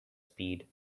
speed